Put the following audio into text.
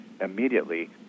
immediately